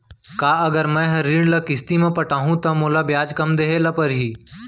का अगर मैं हा ऋण ल किस्ती म पटाहूँ त मोला ब्याज कम देहे ल परही?